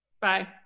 Bye